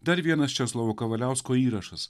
dar vienas česlovo kavaliausko įrašas